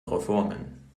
reformen